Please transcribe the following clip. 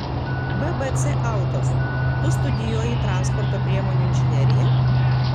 bbc autos tu studijuoji transporto priemonių inžineriją